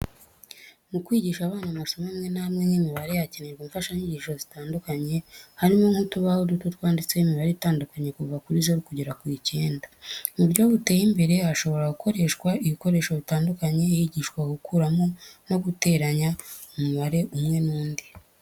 Mu kwigisha abana amasomo amwe n'amwe nk'imibare hakenerwa imfashanyigisho zitandukanye harimo nk'utubaho duto twanditseho imibare itandukanye kuva kuri zero kugeza ku icyenda. Mu buryo buteye imbere hashobora gukoreshwa ibikoresho bitandukanye higishwa gukuramo no guteranya umubare umwe n'undi.